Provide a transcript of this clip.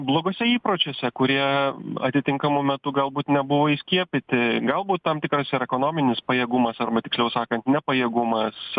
bloguose įpročiuose kurie atitinkamu metu galbūt nebuvo įskiepyti galbūt tam tikras ir ekonominis pajėgumas arba tiksliau sakant nepajėgumas